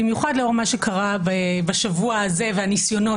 במיוחד לאור מה שקרה בשבוע הזה והניסיונות